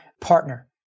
partner